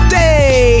day